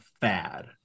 fad